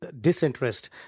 disinterest